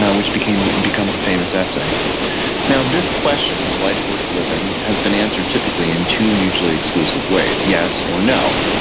which becomes becomes a famous essay now, this question, is life worth living, has been answered typically in two mutually exclusive ways, yes or no.